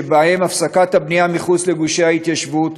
ובהם הפסקת הבנייה מחוץ לגושי ההתיישבות.